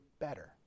better